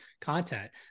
content